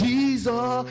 Jesus